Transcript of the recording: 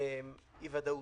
הוא ודאות.